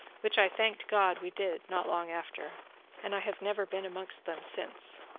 which i thanked god we did not long after and i have never been amongst them since.